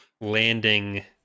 landing